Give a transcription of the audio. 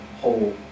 whole